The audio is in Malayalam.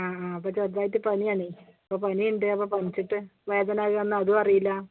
ആ ആ അപ്പം ചെറുതായിട്ട് പനിയാണേ ഇപ്പം പനിയുണ്ട് അപ്പം പനിച്ചിട്ട് വേദന വരുവാണോ അതും അറിയില്ല